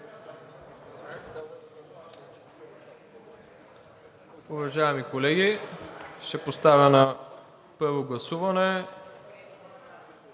Уважаеми колеги, ще поставя на първо гласуване